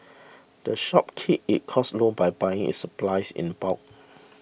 the shop keeps its costs low by buying its supplies in bulk